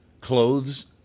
clothes